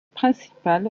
principale